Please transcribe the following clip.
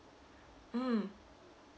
mm